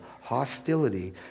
hostility